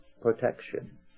protection